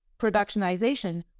productionization